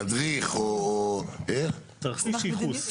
תדריך או תרחיש ייחוס,